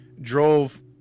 drove